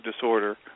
disorder